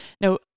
Now